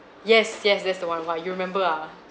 yes yes that's the one !wah! you remember ah